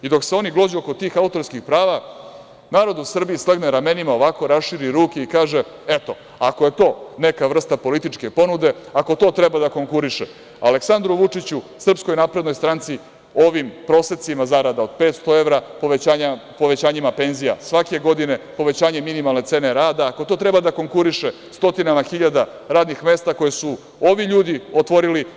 Dok se oni glođu oko tih autorskih prava, narod u Srbiji slegne ramenima ovako, raširi ruke i kaže – ako je to neka vrsta političke ponuda, ako to treba da konkuriše Aleksandru Vučiću, SNS, ovim prosecima zarada od 500 evra, povećanjima penzija svake godine, povećanje minimalne cene rada, ako to treba da konkuriše stotinama hiljada radnih mesta koje su ovi ljudi otvorili…